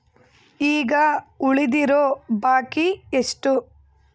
ಈಗ ಉಳಿದಿರೋ ಬಾಕಿ ಎಷ್ಟು?